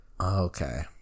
Okay